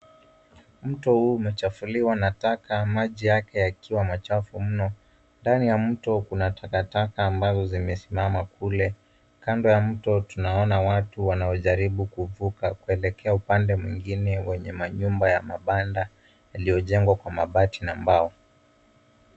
Mto huu umechafuliwa na taka, maji yake yakiwa machafu mno. Ndani ya taka kuna takataka ambazo zimesimama kule. Kando ya mto tunaona watu wanaojaribu kuvuka kuelekea upande mwingine wenye manyumba ya mabanda yaliojengwa kwa mabati na mbao.